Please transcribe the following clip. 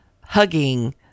hugging